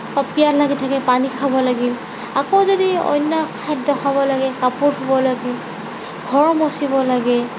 পিয়াহ লাগি থাকে পানী খাব লাগিল আকৌ যদি অন্য খাদ্য খাব লাগে কাপোৰ ধুব লাগে ঘৰ মচিব লাগে